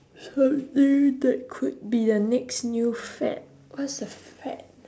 something that could be a next new fad what's a fad